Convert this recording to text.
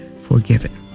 forgiven